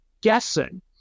guessing